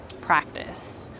practice